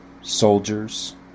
soldiers